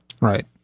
Right